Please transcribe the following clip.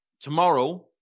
tomorrow